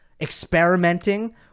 experimenting